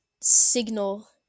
signal